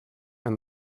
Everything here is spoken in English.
and